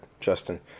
Justin